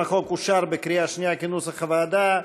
שם החוק אושר בקריאה שנייה כנוסח הוועדה.